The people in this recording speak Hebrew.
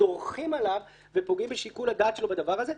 דורכים עליו ופוגעים בשיקול הדעת שלו בדבר הזה.